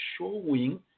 showing